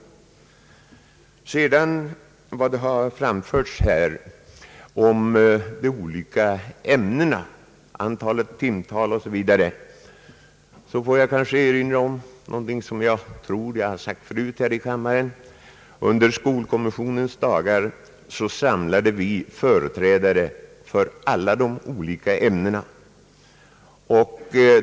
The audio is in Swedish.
Beträffande vad som här har anförts om de olika ämnena, om timtal osv. får jag erinra om något som jag tror jag har sagt förut här i kammaren. Under skolkommissionens dagar samlade vi företrädare för alla olika ämnen.